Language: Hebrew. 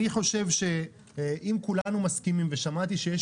אני חושב שאם כולנו מסכימים ושמעתי שיש